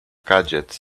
gadgets